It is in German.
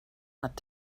hat